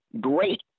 great